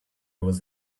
was